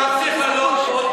אתה צריך להוסיף עוד